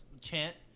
chant